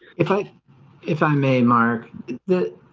if i if i may mark the